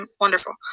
wonderful